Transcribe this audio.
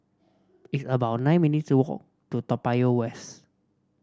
it's about nine minutes' walk to Toa Payoh West